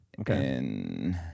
okay